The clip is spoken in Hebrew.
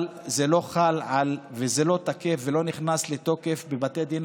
אבל זה לא חל וזה לא תקף ולא נכנס לתוקף בבתי הדין